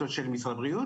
במחלקות הקורונה.